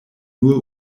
nur